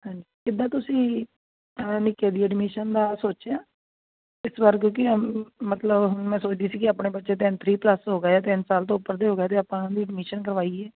ਹਾਂਜੀ ਕਿੱਦਾਂ ਤੁਸੀਂ ਆ ਨਿੱਕੇ ਦੀ ਅਡਮਿਸ਼ਨ ਦਾ ਸੋਚਿਆ ਇਸ ਵਾਰ ਕਿਉਂਕਿ ਮਤਲਬ ਹੁਣ ਮੈਂ ਸੋਚਦੀ ਸੀ ਕਿ ਆਪਣੇ ਬੱਚੇ ਤਿੰਨ ਥ੍ਰੀ ਪਲੱਸ ਹੋ ਗਏ ਤਿੰਨ ਸਾਲ ਤੋਂ ਉੱਪਰ ਦੇ ਹੋ ਗਏ ਅਤੇ ਆਪਾਂ ਇਹਨਾਂ ਦੀ ਅਡਮਿਸ਼ਨ ਕਰਵਾਈਏ